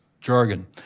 jargon